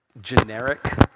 generic